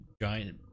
giant